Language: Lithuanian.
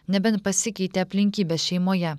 nebent pasikeitė aplinkybės šeimoje